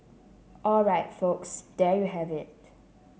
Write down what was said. all right folks there you have it